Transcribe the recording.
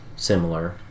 Similar